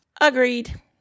Agreed